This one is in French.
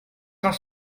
cinq